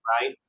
Right